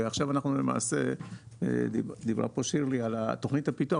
שירלי דיברה פה על תכנית הפיתוח,